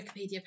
Wikipedia